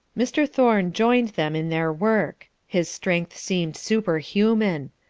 mr. thorne joined them in their work. his strength seemed superhuman.